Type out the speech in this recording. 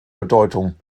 bedeutung